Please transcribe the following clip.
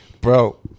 bro